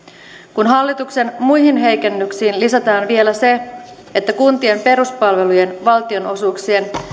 kun hallituksen muihin heikennyksiin lisätään vielä se että kuntien peruspalvelujen valtionosuuksien